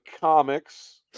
comics